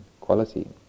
quality